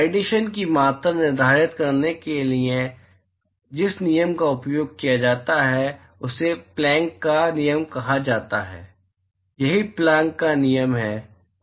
radiation की मात्रा निर्धारित करने के लिए जिस नियम का उपयोग किया जाता है उसे प्लैंक का नियम कहा जाता है यही प्लैंक का नियम है